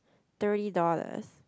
thirty dollars